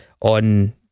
on